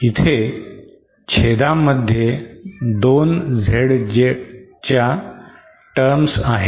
इथे छेदामध्ये दोन Z च्या टर्म्स आहेत